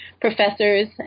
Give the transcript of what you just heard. professors